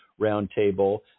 Roundtable